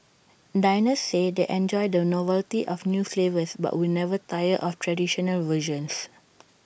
diners say they enjoy the novelty of new flavours but will never tire of traditional versions